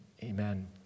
Amen